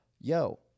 yo